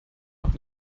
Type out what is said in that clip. noch